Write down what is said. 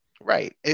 Right